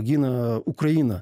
gina ukrainą